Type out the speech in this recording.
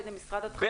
על-ידי משרד התחבורה.